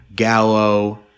Gallo